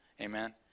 Amen